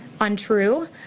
Untrue